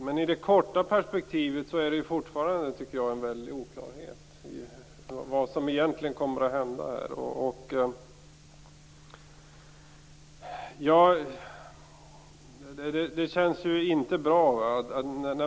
I det korta perspektivet tycker jag dock att det forfarande är väldigt oklart vad som egentligen kommer att hända i detta sammanhang. Det känns inte bra.